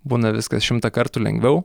būna viskas šimtą kartų lengviau